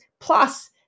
plus